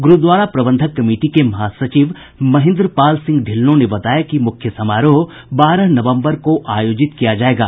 Gurdwara Prabandhak committee के महासचिव महिन्द्रपाल सिंह ढिल्लों ने बताया कि मुख्य समारोह बारह नवम्बर को आयोजित किया जायेगा